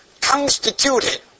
constituted